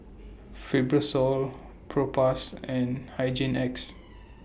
Fibrosol Propass and Hygin X